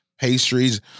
pastries